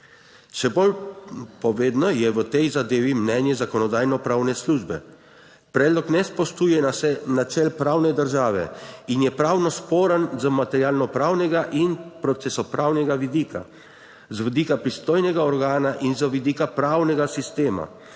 Še bolj povedno je v tej zadevi mnenje Zakonodajno-pravne službe. Predlog ne spoštuje se načel pravne države in je pravno sporen z materialno pravnega in procesnopravnega vidika, z vidika pristojnega organa in z vidika pravnega sistema,